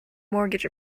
mortgage